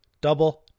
double